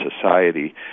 society